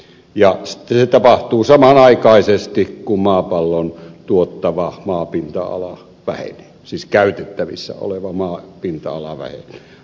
sitten se tapahtuu samanaikaisesti kuin maapallon tuottava maapinta ala vähenee siis käytettävissä oleva maapinta ala vähenee